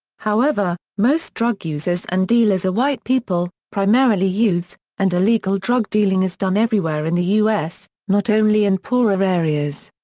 however, most drug users and dealers are white people, primarily youths, and illegal drug dealing is done everywhere in the u s, not only in poorer areas.